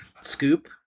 scoop